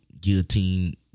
guillotine